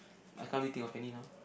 I can't really think of any now